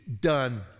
done